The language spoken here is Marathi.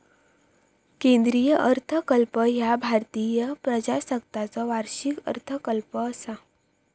केंद्रीय अर्थसंकल्प ह्या भारतीय प्रजासत्ताकाचो वार्षिक अर्थसंकल्प असा